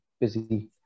busy